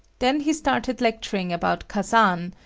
then he started lecturing about kazan,